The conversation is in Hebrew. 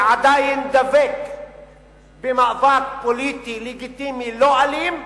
ועדיין דבק במאבק פוליטי לגיטימי לא אלים,